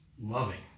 loving